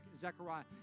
Zechariah